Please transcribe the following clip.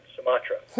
Sumatra